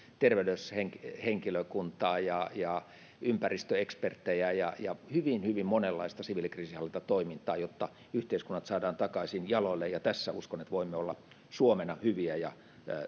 terveyshenkilökuntaa ja ja ympäristöeksperttejä ja ja hyvin hyvin monenlaista siviilikriisinhallintatoimintaa jotta yhteiskunnat saadaan taikaisin jaloilleen tässä uskon että voimme olla suomena hyviä ja